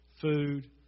food